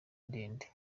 ndende